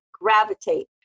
gravitate